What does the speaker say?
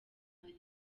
party